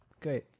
great